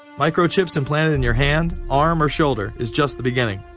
microchips implanted in your hand, arm or shoulder is just the beginning.